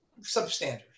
substandard